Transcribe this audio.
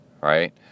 right